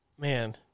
Man